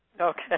Okay